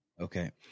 Okay